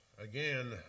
again